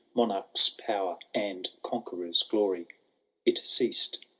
monarches power, and conqueror s glory it ceased.